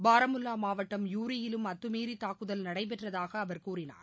பாரமுல்லா மாவட்டம் யூரியிலும் அத்துமீறி தாக்குதல் நடைபெற்றதாக அவர் கூறினார்